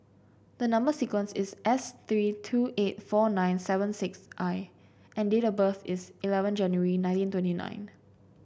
the number sequence is S three two eight four nine seven six I and date of birth is eleven January nineteen twenty nine